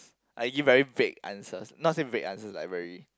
I give very fake answers not same fake answer like very